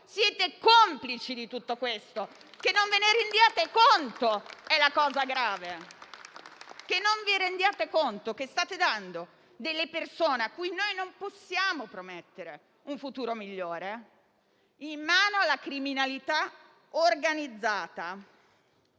Siete complici di tutto questo; che non ve ne rendiate conto è la cosa grave, che non vi rendiate conto che state dando delle persone - alle quali non possiamo promettere un futuro migliore - in mano alla criminalità organizzata.